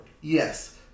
Yes